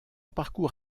parcours